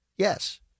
Yes